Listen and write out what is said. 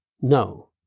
No